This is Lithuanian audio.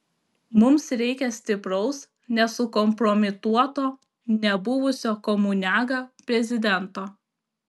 mums reikia stipraus nesukompromituoto nebuvusio komuniaga prezidento